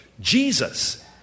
Jesus